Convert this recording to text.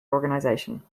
organization